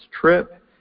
trip